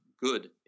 good